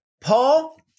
Paul